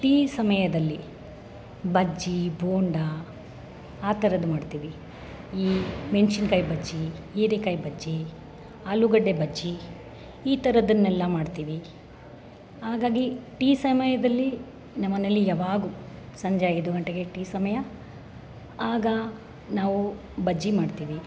tea ಸಮಯದಲ್ಲಿ ಬಜ್ಜಿ ಬೋಂಡಾ ಆ ಥರದ್ದು ಮಾಡ್ತೀವಿ ಈ ಮೆಣ್ಶಿನ್ಕಾಯಿ ಬಜ್ಜಿ ಹೀರೆಕಾಯಿ ಬಜ್ಜಿ ಆಲೂಗಡ್ಡೆ ಬಜ್ಜಿ ಈ ಥರದ್ದನ್ನೆಲ್ಲ ಮಾಡ್ತೀವಿ ಹಾಗಾಗಿ ಟೀ ಸಮಯದಲ್ಲಿ ನಮ್ಮನೇಲಿ ಯಾವಾಗೂ ಸಂಜೆ ಐದು ಗಂಟೆಗೆ ಟೀ ಸಮಯ ಆಗ ನಾವು ಬಜ್ಜಿ ಮಾಡ್ತೀವಿ